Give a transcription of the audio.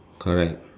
correct